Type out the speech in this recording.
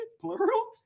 Plural